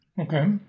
Okay